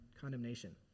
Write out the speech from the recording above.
condemnation